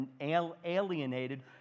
alienated